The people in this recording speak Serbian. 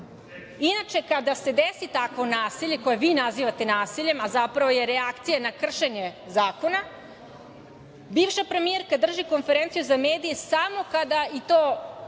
kada se desi takvo nasilje koje vi nazivate nasiljem, a zapravo je reakcija na kršenje zakona, bivša premijerka drži konferenciju za medije samo kada to